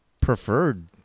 preferred